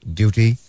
duty